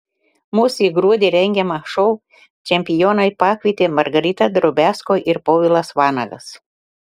mus į gruodį rengiamą šou čempionai pakvietė margarita drobiazko ir povilas vanagas